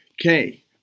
Okay